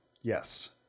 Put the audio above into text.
Yes